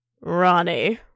Ronnie